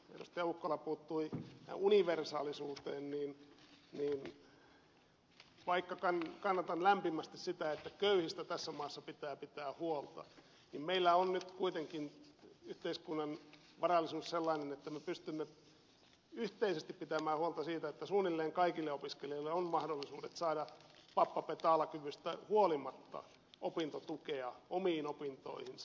ukkola puuttui universaalisuuteen vaikka kannatan lämpimästi sitä että köyhistä tässä maassa pitää pitää huolta että meillä on nyt kuitenkin yhteiskunnan varallisuus sellainen että me pystymme yhteisesti pitämään huolta siitä että suunnilleen kaikilla opiskelijoilla on mahdollisuudet saada pappa betalar kyvystä huolimatta opintotukea omiin opintoihinsa